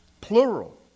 plural